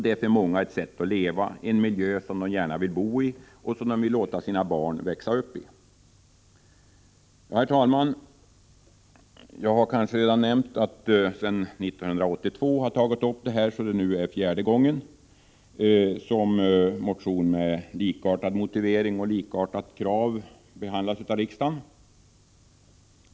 Det är för många ett sätt att leva och en miljö som de gärna vill bo i och låta sina barn växa upp i. Herr talman! Jag har sedan 1982 tagit upp dessa krav på ändringar i jordförvärvslagen. Det är nu fjärde gången som motioner med likartade motiveringar och krav behandlas i riksdagen.